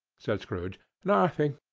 said scrooge. nothing.